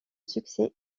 succès